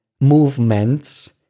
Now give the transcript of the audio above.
movements